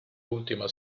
ultima